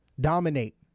dominate